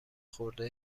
خورده